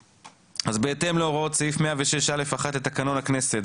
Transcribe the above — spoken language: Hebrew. בהתאם להוראות סעיף 106 (א)(1) לתקנון הכנסת,